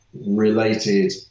related